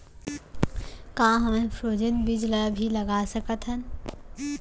का हमन फ्रोजेन बीज ला भी लगा सकथन?